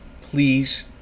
please